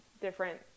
different